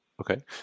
Okay